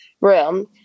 room